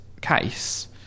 case